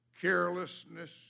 carelessness